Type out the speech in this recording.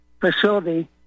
facility